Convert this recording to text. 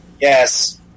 Yes